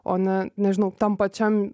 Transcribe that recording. o ne nežinau tam pačiam